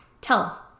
tell